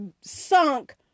sunk